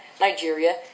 Nigeria